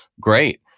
Great